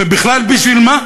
ובכלל, בשביל מה?